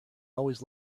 always